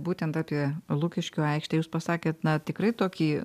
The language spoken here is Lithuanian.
būtent apie lukiškių aikštę jūs pasakėt na tikrai tokį